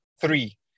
three